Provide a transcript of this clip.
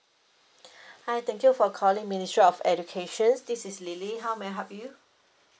hi thank you for calling ministry of education this is lily how may I help you